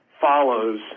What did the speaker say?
follows